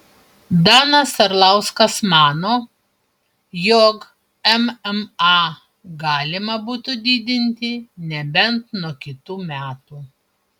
danas arlauskas mano jog mma galima būtų didinti nebent nuo kitų metų